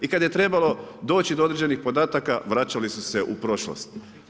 I kad je trebalo doći do određenih podataka, vraćali su se u prošlost.